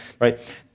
right